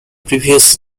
previous